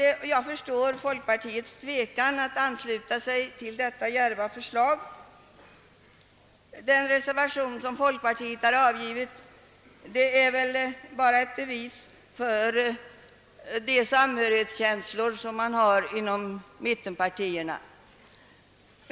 Jag förstår folkpartiets tvekan att ansluta sig till detta djärva förslag. Den reservation som folkpartiet har avgivit är väl bara ett bevis för de samhörighetskänslor som råder inom mittenpartierna.